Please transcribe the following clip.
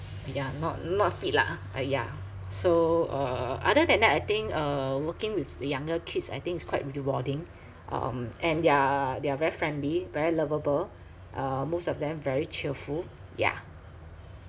ya not not fit lah uh ya so uh other than that I think uh working with younger kids I think it's quite rewarding um and they're they're very friendly very lovable uh most of them very cheerful yeah